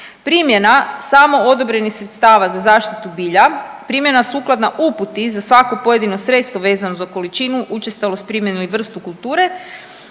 Primjena samo odobrenih sredstava za zaštitu bilja, primjena sukladna uputi za svako pojedino sredstvo vezano za količinu učestalost, primjenu i vrstu kulture